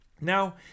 now